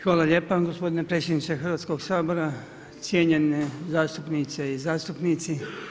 Hvala lijepa gospodine predsjedniče Hrvatskoga sabora, cijenjene zastupnice i zastupnici.